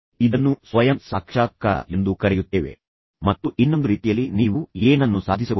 ಅಲ್ಲಿ ನೀವು ಬೇರೆ ಸ್ಥಳದಲ್ಲಿ ಶಾಂತ ಸ್ಥಳದಲ್ಲಿ ಕುಳಿತು ನಂತರ ಪರಸ್ಪರ ಮಾತನಾಡಬಹುದು